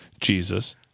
Jesus